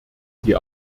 die